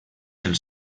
els